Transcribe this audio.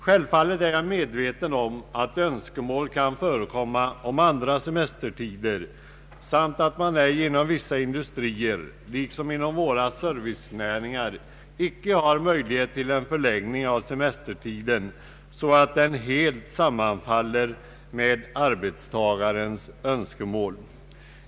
Självfallet är jag medveten om att det kan förekomma önskemål om andra semestertider och att man inom vissa industrier liksom inom våra servicenäringar icke har möjlighet att förlägga semestertiden så att den helt sammanfaller med arbetstagarens önskemål.